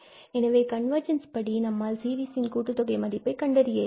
எனவே கன்வர்ஜென்ஸ் படி நம்மால் சீரிஸின் கூட்டுத்தொகை மதிப்பை கண்டறிய இயலும்